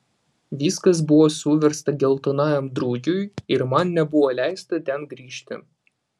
viskas buvo suversta geltonajam drugiui ir man nebuvo leista ten grįžti